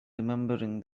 remembering